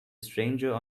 stranger